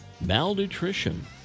malnutrition